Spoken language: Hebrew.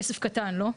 כסף קטן לא ?